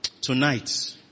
Tonight